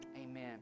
amen